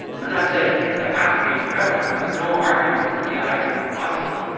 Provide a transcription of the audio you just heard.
i'm not saying that has to be forever. i've got no argument that ai is impossible.